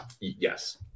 Yes